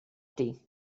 dir